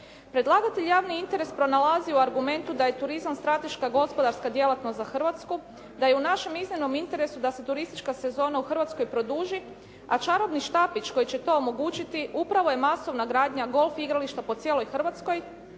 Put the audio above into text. Predlagatelj je javni interes pronalazi u argumentu da je turizam strateška gospodarska djelatnost za Hrvatsku, da je u našem iznimnom interesu da se turistička sezona u Hrvatskoj produži, a čarobni štapić koji će to omogućiti upravo je masovna gradnja golf igrališta po cijeloj Hrvatskoj